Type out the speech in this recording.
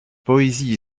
poésie